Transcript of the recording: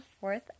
fourth